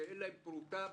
שאין להם פרוטה בכיס.